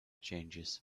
changes